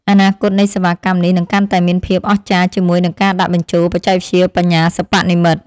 អនាគតនៃសេវាកម្មនេះនឹងកាន់តែមានភាពអស្ចារ្យជាមួយនឹងការដាក់បញ្ចូលបច្ចេកវិទ្យាបញ្ញាសិប្បនិម្មិត។